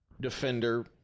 Defender